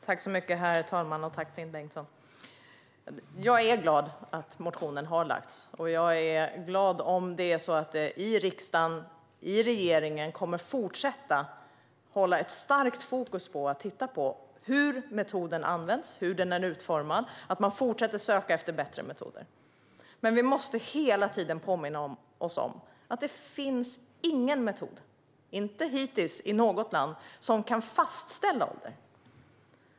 Herr talman! Jag är glad att motionen har väckts, och jag är glad om riksdagen och regeringen kommer att fortsätta att hålla ett starkt fokus på att titta på hur metoden används, hur den är utformad och att man fortsätter att söka efter bättre metoder. Men vi måste hela tiden påminna oss om att det hittills inte i något land finns en metod som kan fastställa ålder.